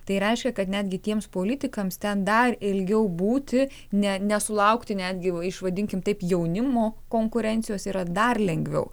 tai reiškia kad netgi tiems politikams ten dar ilgiau būti ne nesulaukti netgi iš vadinkime taip jaunimo konkurencijos yra dar lengviau